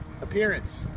appearance